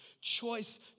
choice